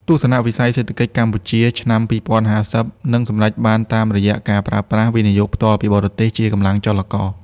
ទស្សនវិស័យសេដ្ឋកិច្ចកម្ពុជាឆ្នាំ ២០៥០ នឹងសម្រេចបានតាមរយៈការប្រើប្រាស់ វិនិយោគផ្ទាល់ពីបរទេស ជាកម្លាំងចលករ។